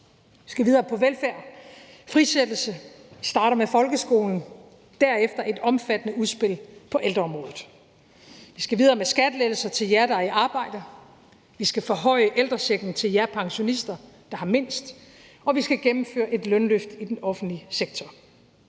Vi skal videre på velfærdsområdet og med frisættelse, og vi starter med folkeskolen, og derefter kommer vi med et omfattende udspil på ældreområdet. Vi skal videre med skattelettelser til jer, der er i arbejde. Vi skal forhøje ældrechecken til jer pensionister, der har mindst, og vi skal gennemføre et lønløft i den offentlige sektor.